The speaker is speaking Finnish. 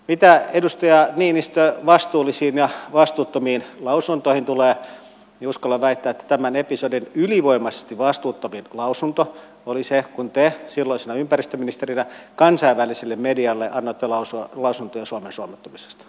mitä edustaja niinistö vastuullisiin ja vastuuttomiin lausuntoihin tulee niin uskallan väittää että tämän episodin ylivoimaisesti vastuuttomin lausunto oli se kun te silloisena ympäristöministerinä kansainväliselle medialle annoitte lausuntoja suomen suomettumisesta